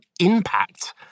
impact